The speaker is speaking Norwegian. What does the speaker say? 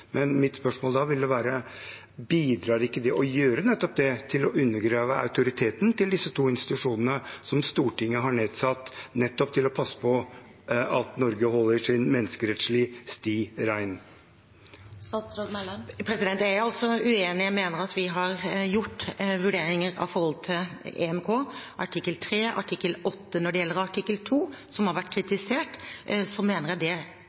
men mitt spørsmål da vil være: Bidrar ikke å gjøre nettopp det til å undergrave autoriteten til disse to institusjonene som Stortinget har nedsatt nettopp for å passe på at Norge holder sin menneskerettslige sti ren? Jeg er uenig. Jeg mener at vi har gjort vurderinger av forhold til EMK, artikkel 3 og artikkel 8. Når det gjelder artikkel 2, som har vært kritisert, mener jeg det